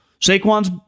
Saquon's